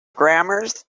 grammars